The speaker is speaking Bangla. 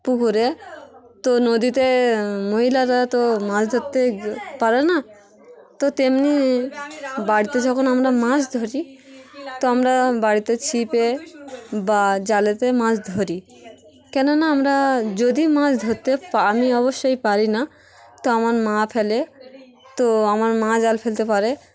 পুকুরে তো নদীতে মহিলারা তো মাছ ধরতে পারে না তো তেমনি বাড়িতে যখন আমরা মাছ ধরি তো আমরা বাড়িতে ছিপে বা জালেতে মাছ ধরি কেননা আমরা যদি মাছ ধরতে আমি অবশ্যই পারি না তো আমার মা ফেলে তো আমার মা জাল ফেলতে পারে